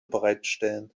bereithalten